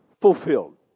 fulfilled